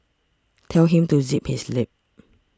tell him to zip his lip